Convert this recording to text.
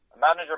manager